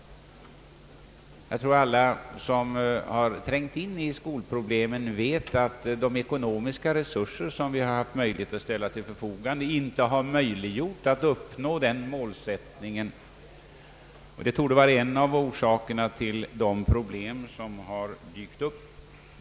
Alla som trängt in i skolproblemen vet att de ekonomiska och personella resurser som kunnat ställas till förfogande inte möjliggjort att uppnå den målsättningen. Detta torde vara en av orsakerna till de problem som dykt upp.